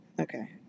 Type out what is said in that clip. okay